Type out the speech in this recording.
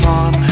on